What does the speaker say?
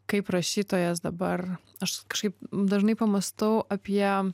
kaip rašytojas dabar aš kažkaip dažnai pamąstau apie